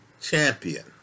champion